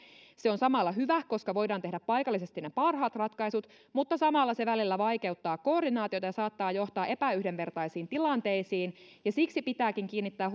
se on samalla hyvä koska voidaan tehdä paikallisesti ne parhaat ratkaisut mutta samalla se välillä vaikeuttaa koordinaatiota ja saattaa johtaa epäyhdenvertaisiin tilanteisiin siksi pitääkin kiinnittää